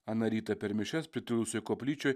aną rytą per mišias pritilusioj koplyčioj